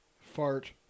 Fart